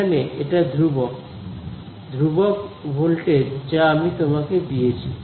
এখানে এটা ধ্রুবক ধ্রুবক ভোল্টেজ যা আমি তোমাকে দিয়েছি